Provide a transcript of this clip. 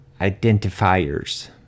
identifiers